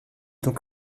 donc